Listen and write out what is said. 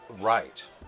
Right